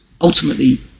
ultimately